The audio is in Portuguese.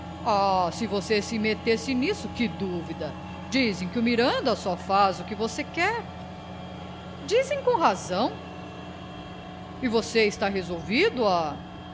ah se você se metesse nisso que dúvida dizem que o miranda só faz o que você quer dizem com razão e você está resolvido a